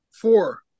Four